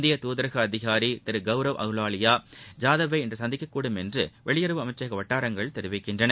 இந்திய தூதரக அதிகாரி திரு கவுரவ் அஹ்லுவாலியா ஜாதவை இன்று சந்திக்கக்கூடும் என்று வெளியுறவு அமைச்சக வட்டாரங்கள் தெரிவிக்கின்றன